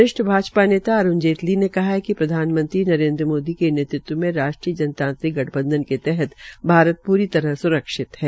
वरिष्ठ भाजपा नेता अरूण जेटली ने कहा है कि प्रधानमंत्री नरेन्द्र मोदी के नेतृत्व् में राष्ट्रीय जनतांत्रिक गठबंधन के तहत भारत तरह सुरक्षित है